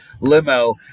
limo